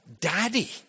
Daddy